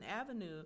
avenue